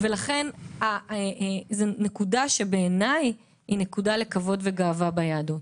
ולכן זאת נקודה שבעיניי היא נקודה לכבוד ולגאווה ביהדות.